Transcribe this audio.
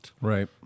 right